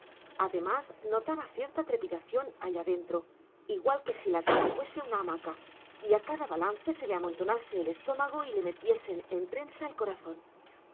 además notaba cierta trepidación allá dentro igual que si la cama fuese una hamaca y a cada balance se le amontonase el estómago y le metiesen en prensa el corazón